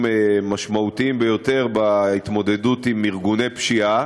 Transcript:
משמעותיים ביותר בהתמודדות עם ארגוני פשיעה.